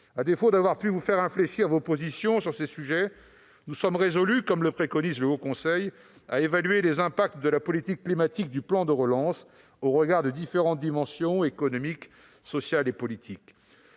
À défaut d'avoir pu infléchir vos positions sur ces sujets, nous sommes résolus, comme le préconise le Haut Conseil pour le climat, à évaluer les impacts de la politique climatique du plan de relance au regard de différentes dimensions, économique, sociale et politique.